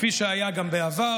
כפי שגם היה בעבר,